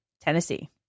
Tennessee